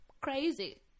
crazy